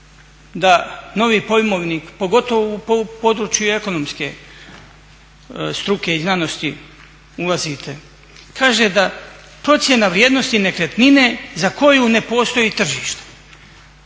da novi pojmovnik pogotovo u području ekonomske struke i znanosti ulazite kaže da procjena vrijednosti nekretnine za koju ne postoji tržište,